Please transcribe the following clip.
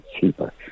cheaper